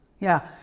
yeah,